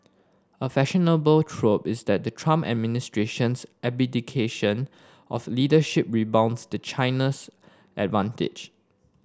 a fashionable trope is that the Trump administration's abdication of leadership rebounds to China's advantage